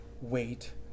wait